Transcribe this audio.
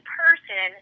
person